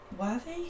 worthy